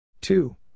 two